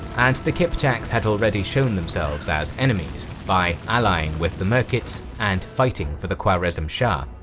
and the kipchaks had already shown themselves as enemies by allying with the merkits and fighting for the khwarezm-shah.